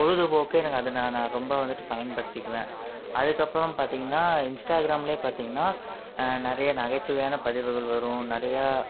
பொழுதுபோக்கு எனக்கு அது நா நான் ரொம்ப வந்துட்டு பயன்படுத்திக்குவேன் அதுக்கப்புறம் பார்த்தீங்கனா இன்ஸ்டாகிராம்லையே பார்த்தீங்கனா நிறையா நகைச்சுவையான பதிவுகள் வரும் நிறையா